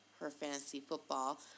HerFantasyFootball